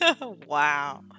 Wow